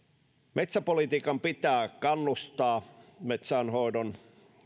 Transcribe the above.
metsäpolitiikan pitää kannustaa metsänhoidon